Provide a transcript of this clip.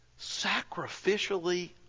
sacrificially